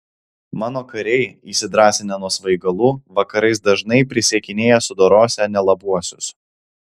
mano kariai įsidrąsinę nuo svaigalų vakarais dažnai prisiekinėja sudorosią nelabuosius